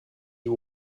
you